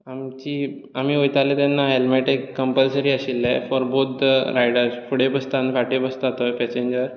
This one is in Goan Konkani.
आमची आमी वयताले तेन्ना हॅल्मेट एक कम्पलसरी आशिल्लें फॉर बोथ द रायडर फुडें बसता आनी फाटीं बसता तो पॅसॅन्जर